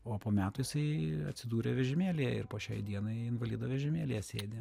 o po metų jisai atsidūrė vežimėlyje ir po šiai dienai invalido vežimėlyje sėdi